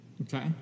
Okay